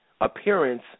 appearance